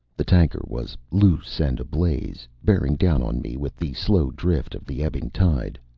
the tanker was loose and ablaze, bearing down on me with the slow drift of the ebbing tide.